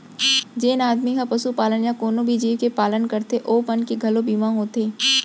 जेन आदमी ह पसुपालन या कोनों भी जीव के पालन करथे ओ मन के घलौ बीमा होथे